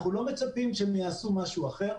אנחנו לא מצפים שהם יעשו משהו אחר.